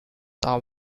are